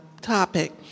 topic